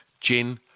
Gin